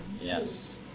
Yes